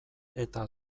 eta